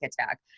attack